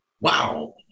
wow